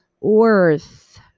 worth